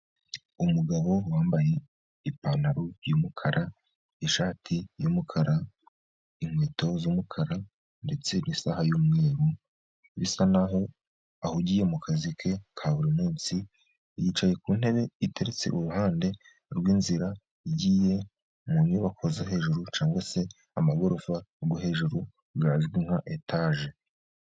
Umugabo wambaye ipantaro y'umukara, ishati y'umukara, inkweto z'umukara ndetse n'isaha y'umweru. Bisa n'aho ahugiye mu kazi ke ka buri munsi. Yicaye ku ntebe iteretse iruhande rw'inzira, igiye mu nyubako zo hejuru, cyangwa se amagorofa yo hejuru, azwi nka etaje.